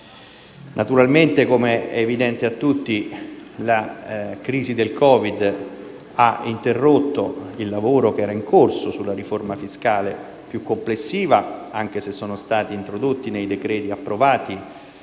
Naturalmente, come è evidente a tutti, la crisi del Covid ha interrotto il lavoro in corso sulla riforma fiscale più complessiva, anche se sono stati introdotti nei decreti approvati